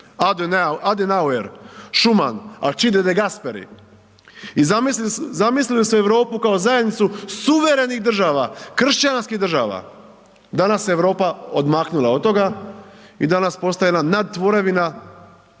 Adenauer, Schuman, Alcide De Gasperi, i zamislili su Europu kao zajednicu suverenih država, kršćanskih država, danas se Europa odmaknula od toga i danas postaje jedna nadtvorevina